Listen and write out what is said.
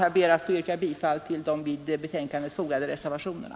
Jag ber att få yrka bifall till de vid betänkandet fogade reservationerna.